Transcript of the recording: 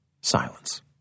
Silence